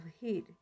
heat